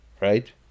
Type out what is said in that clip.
Right